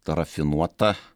ta rafinuota